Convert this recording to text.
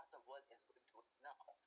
the world is working towards now